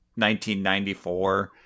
1994